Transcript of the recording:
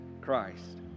Christ